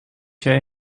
jij